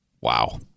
Wow